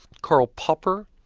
karl popper,